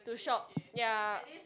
to shop ya